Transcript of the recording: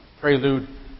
prelude